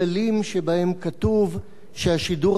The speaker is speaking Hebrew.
2. האם בתקנון הזה יש כללים שבהם כתוב שהשידור